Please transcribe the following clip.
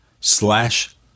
slash